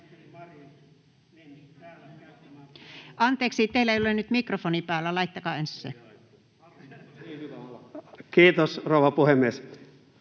Anteeksi, teillä ei ole nyt mikrofoni päällä. Laittakaa ensin se päälle.